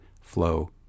flow